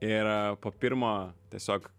ir po pirmo tiesiog